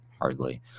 hardly